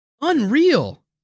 Unreal